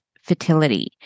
fertility